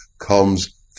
comes